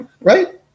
Right